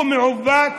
הוא מעוות,